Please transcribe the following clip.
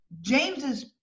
James's